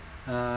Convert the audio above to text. uh